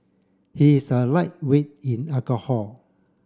he is a lightweight in alcohol